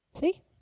See